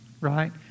Right